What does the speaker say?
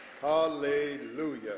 Hallelujah